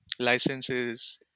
licenses